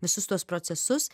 visus tuos procesus